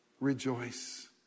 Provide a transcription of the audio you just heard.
Rejoice